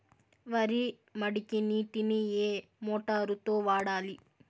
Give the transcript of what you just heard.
వరి మడికి నీటిని ఏ మోటారు తో వాడాలి?